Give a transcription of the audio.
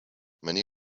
many